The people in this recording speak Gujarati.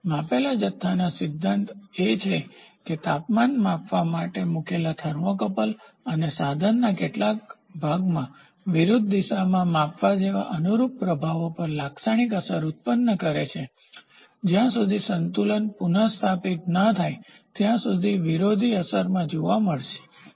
માપેલા જથ્થાના સિધ્ધાંત એ છે કે તાપમાન માપવા મુકેલા થર્મોકપલ અને સાધનના કેટલાક ભાગમાં વિરુદ્ધ દિશામાં માપવા જેવા અનુરૂપ પ્રભાવો પર લાક્ષણિક અસર ઉત્પન્ન કરે છે જ્યાં સુધી સંતુલન પુનસ્થાપિત ન થાય ત્યાં સુધી વિરોધી અસરમાં વધારો થાય છે